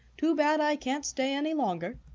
too bad i can't stay any longer.